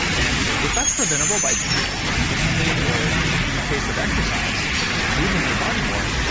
and if that's preventable by eating differently, or in the case of exercise just moving your body more,